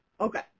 Okay